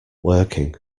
working